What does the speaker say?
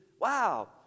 Wow